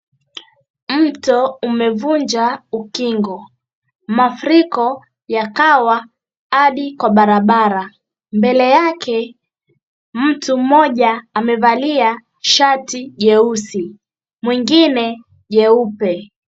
Mto umevunja ukingo. Mafuriko yakawa hadi kwa barabara. Mbele yake mtu mmoja amevalia shati jeusi. Mwingine jeupe.